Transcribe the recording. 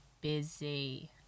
busy